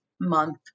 Month